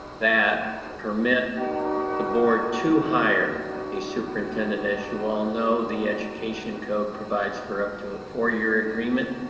that permit the board to hire a superintendent. as you all know, the education code provides for up to a four year agreement.